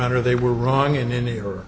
honor they were wrong in any